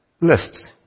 lists